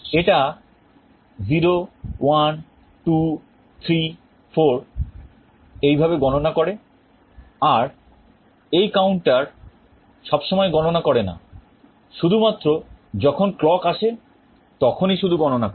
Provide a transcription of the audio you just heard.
এটা 0 1 2 3 4 এইভাবে গণনা করে আর এই counter সব সময় গণনা করে না শুধুমাত্র যখন clock আসে তখনই শুধু গণনা করে